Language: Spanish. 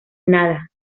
nada